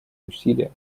усилия